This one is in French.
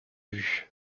vue